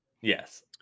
Yes